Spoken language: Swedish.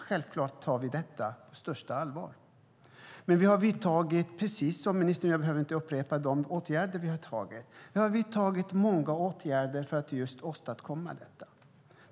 Självklart tar vi detta på största allvar, och vi har vidtagit många åtgärder för att komma till rätta med detta.